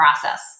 process